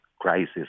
crisis